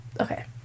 Okay